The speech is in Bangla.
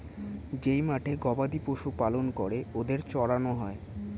যেই মাঠে গবাদি পশু পালন করে ওদের চড়ানো হয়